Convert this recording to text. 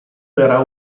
verrà